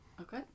Okay